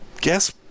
guess